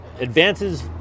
advances